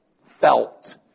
felt